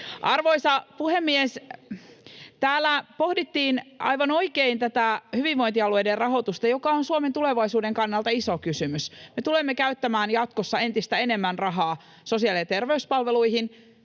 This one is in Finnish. Arvoisa puhemies! Täällä pohdittiin aivan oikein hyvinvointialueiden rahoitusta, joka on Suomen tulevaisuuden kannalta iso kysymys. Me tulemme käyttämään jatkossa entistä enemmän rahaa sosiaali- ja terveyspalveluihin,